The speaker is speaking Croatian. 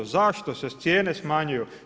Zašto se cijene smanjuju?